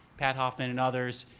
pat hoffman and others.